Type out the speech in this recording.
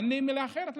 אין לי מילה אחרת להגיד.